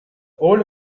old